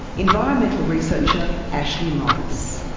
environmental researcher, ashleigh morris